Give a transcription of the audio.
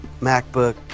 MacBook